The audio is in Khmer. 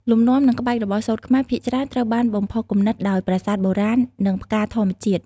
លំនាំ និងក្បាច់របស់សូត្រខ្មែរភាគច្រើនត្រូវបានបំផុសគំនិតដោយ ប្រាសាទបុរាណ និងផ្កាធម្មជាតិ។